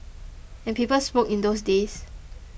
and people smoked in those days